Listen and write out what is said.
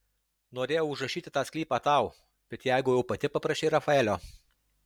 norėjau užrašyti tą sklypą tau bet jeigu jau pati paprašei rafaelio